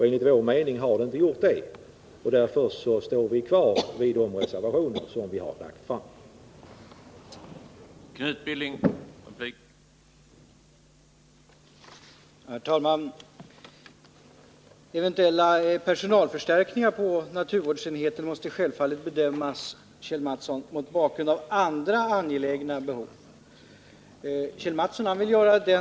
Enligt vår mening har det inte räckt, och därför står vi fast vid de reservationer vi har fogat till betänkandet.